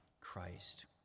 Christ